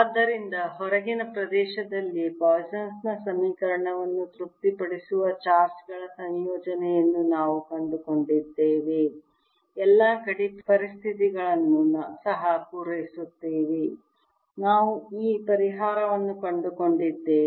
ಆದ್ದರಿಂದ ಹೊರಗಿನ ಪ್ರದೇಶದಲ್ಲಿ ಪಾಯ್ಸನ್ನ ಸಮೀಕರಣವನ್ನು ತೃಪ್ತಿಪಡಿಸುವ ಚಾರ್ಜ್ ಗಳ ಸಂಯೋಜನೆಯನ್ನು ನಾವು ಕಂಡುಕೊಂಡಿದ್ದೇವೆ ಎಲ್ಲಾ ಗಡಿ ಪರಿಸ್ಥಿತಿಗಳನ್ನು ಸಹ ಪೂರೈಸುತ್ತೇವೆ ನಾವು ಈ ಪರಿಹಾರವನ್ನು ಕಂಡುಕೊಂಡಿದ್ದೇವೆ